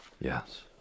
Yes